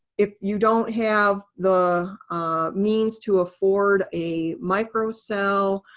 if you don't have the means to afford a microcell,